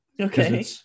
Okay